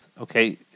Okay